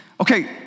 okay